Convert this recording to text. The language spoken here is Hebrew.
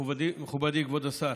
מכובדי כבוד השר,